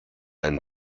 einen